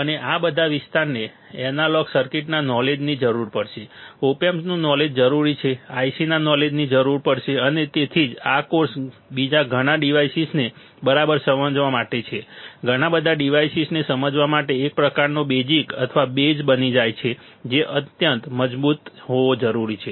અને આ બધા વિસ્તારને એનાલોગ સર્કિટના નોલેજની જરૂર પડશે ઓપ એમ્પ્સનું નોલેજ જરૂરી હશે ICના નોલેજની જરૂર પડશે અને તેથી જ આ કોર્સ બીજા ઘણા ડિવાઇસીસને બરાબર સમજવા માટે ઘણા બધા ડિવાઇસીસને સમજવા માટે એક પ્રકારનો બેઝિક અથવા બેઝ બની જાય છે જે અત્યંત મજબૂત હોવો જરૂરી છે